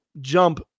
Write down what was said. jump